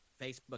Facebook